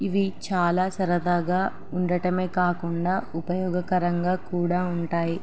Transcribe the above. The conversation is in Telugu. ఇవి చాలా సరదాగా ఉండటమే కాకుండా ఉపయోగకరంగా కూడా ఉంటాయి